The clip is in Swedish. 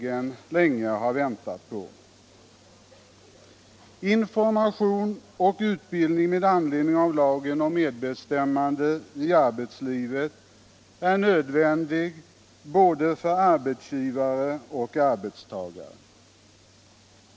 Information och utbildning med anledning av lagen om medbestämmande i arbetslivet är nödvändig för både arbetsgivare och arbetstagare.